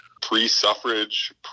pre-suffrage